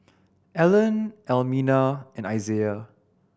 Allen Almina and Isiah